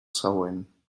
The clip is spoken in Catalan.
següent